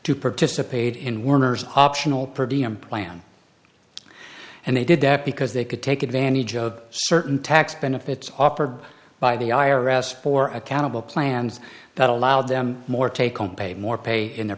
to participate in werner's optional pretty and plan and they did that because they could take advantage of certain tax benefits offered by the i r s for accountable plans that allowed them more take home pay more pay in their